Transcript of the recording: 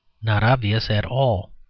not obvious at all.